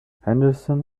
henderson